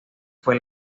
fue